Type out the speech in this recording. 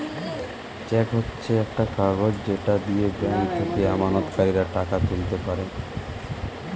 check হচ্ছে একটা কাগজ যেটা দিয়ে ব্যাংক থেকে আমানতকারীরা টাকা তুলতে পারে